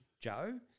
Joe